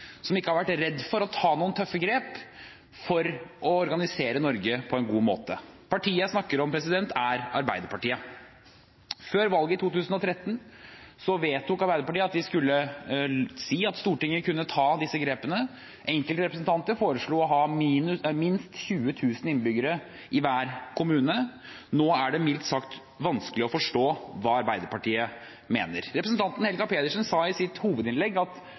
som ikke har vært redd for å ta noen tøffe grep for å organisere Norge på en god måte. Partiet jeg snakker om, er Arbeiderpartiet. Før valget i 2013 vedtok Arbeiderpartiet at de skulle si at Stortinget kunne ta disse grepene. Enkelte representanter foreslo å ha minst 20 000 innbyggere i hver kommune. Nå er det mildt sagt vanskelig å forstå hva Arbeiderpartiet mener. Representanten Helga Pedersen sa i sitt hovedinnlegg at